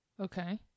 Okay